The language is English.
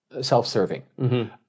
self-serving